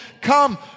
come